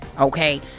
Okay